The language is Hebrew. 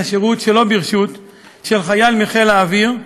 השירות שלא ברשות של חייל מחיל האוויר,